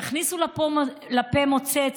באורח פלא, חבר'ה,